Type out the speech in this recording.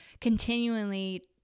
continually